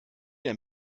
der